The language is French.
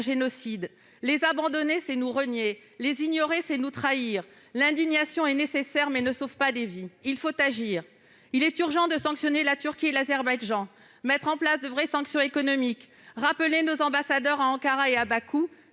les Arméniens serait nous renier ; les ignorer, nous trahir. L'indignation est nécessaire, mais ne sauve pas des vies. Il faut agir ! Il est urgent de sanctionner la Turquie et l'Azerbaïdjan, de mettre en place de vraies sanctions économiques, de rappeler nos ambassadeurs à Ankara et à Bakou,